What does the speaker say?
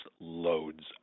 loads